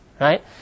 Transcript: Right